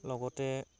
লগতে